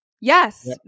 yes